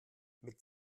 mit